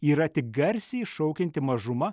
yra tik garsiai šaukianti mažuma